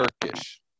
Turkish